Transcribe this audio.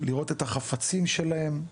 לראות את החפצים שלהם,